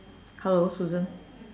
hello Susan